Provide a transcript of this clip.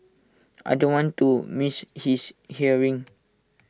I don't want to miss his hearing